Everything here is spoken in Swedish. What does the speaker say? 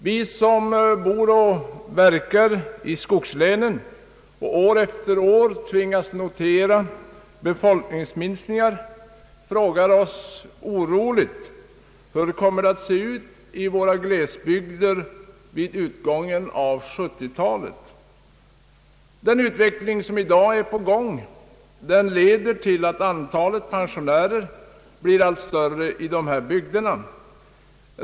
Vi som bor och verkar i skogslänen och år efter år tvingas notera befolkningsminskningar frågar oss oroligt: Hur kommer det att se ut i våra glesbygder vid utgången av 1970-talet? Den utveckling som pågår leder till att antalet pensionärer blir allt större i dessa bygder.